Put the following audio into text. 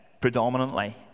predominantly